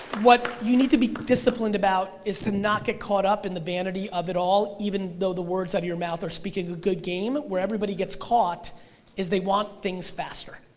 what you need to be disciplined about is to not get caught up in the vanity of it all even though the words out of your mouth are speaking a good game. where everybody gets caught is they want things faster.